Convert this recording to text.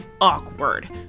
awkward